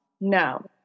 No